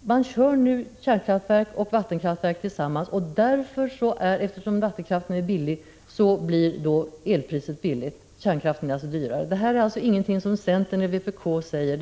man kör kärnkraftverk och vattenkraftverk tillsammans, och eftersom vattenkraften är billig blir elpriset lågt. Kärnkraft är alltså dyrare. — Detta är ingenting som centern och vpk säger.